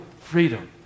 freedom